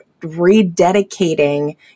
rededicating